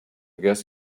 guess